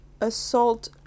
assault